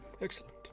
excellent